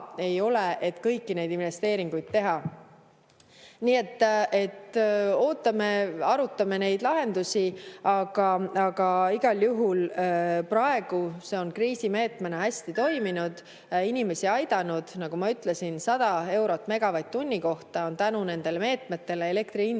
raha, et kõiki neid investeeringuid teha. Nii et ootame, arutame neid lahendusi, aga igal juhul praegu on see kriisimeetmena hästi toiminud ja inimesi aidanud. Nagu ma ütlesin, 100 eurot megavatt-tunni kohta on elektri hind tänu nendele meetmetele olnud inimestele